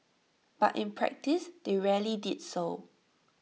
but in practice they rarely did so